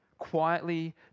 quietly